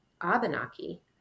Abenaki